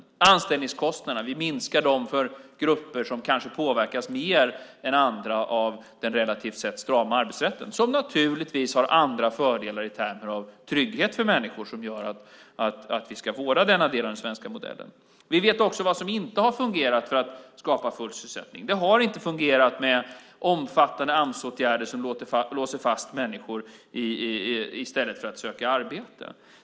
Vi minskar anställningskostnaderna för grupper som kanske påverkas mer än andra av den relativt sett strama arbetsrätten, som naturligtvis har andra fördelar i termer av trygghet för människor. Det gör att vi ska vårda denna del av den svenska modellen. Vi vet också vad som inte har fungerat för att skapa full sysselsättning. Det har inte fungerat med omfattande Amsåtgärder som gör att människor låses fast i stället för att söka arbete.